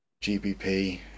GBP